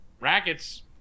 Rackets